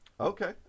Okay